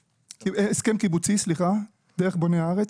הסכם קיבוצי, סליחה, דרך בוני הארץ.